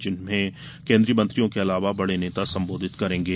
जिन्हें केन्द्रीय मंत्रियों के अलावा बड़े नेता संबोधित करेंगे